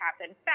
happen